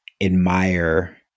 admire